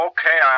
Okay